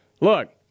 look